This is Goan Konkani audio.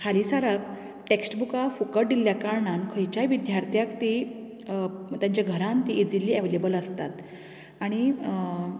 हाली साराक टॅक्स्ट बुकां फुकट दिल्ल्या कारणान खंयच्याय विद्यार्थ्याक तीं तेंच्या घरान तीं इजिली एवलेबल आसतात आनी